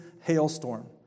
hailstorm